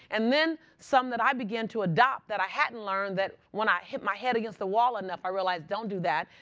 and then, some that i began to adopt that i hadn't learned that when i hit my head against the wall enough, i realized, don't do that.